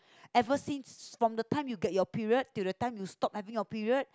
ever seen from the time you get your period to the time you stop until your period